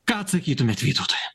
ką atsakytumėt vytautui